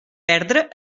perdre